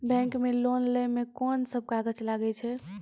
Bank मे loan लै मे कोन सब कागज लागै छै?